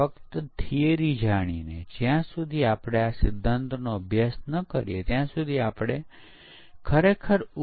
મૂળભૂત રીતે લગભગ 90 ના દાયકા સુધી પરીક્ષણ મેન્યુઅલ હતું